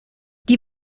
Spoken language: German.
die